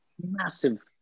massive